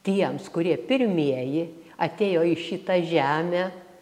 tiems kurie pirmieji atėjo į šitą žemę